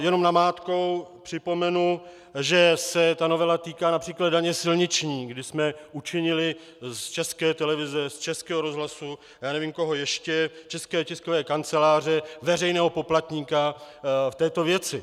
Jenom namátkou připomenu, že se ta novela týká například daně silniční, kdy jsme učinili z České televize, z Českého rozhlasu a já nevím koho ještě, z České tiskové kalendáře, veřejného poplatníka v této věci.